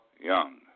Young